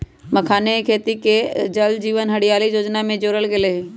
मखानके खेती के जल जीवन हरियाली जोजना में जोरल गेल हई